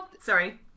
Sorry